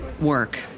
work